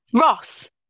Ross